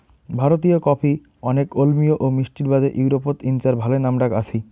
ভারতীয় কফি কণেক অম্লীয় ও মিষ্টির বাদে ইউরোপত ইঞার ভালে নামডাক আছি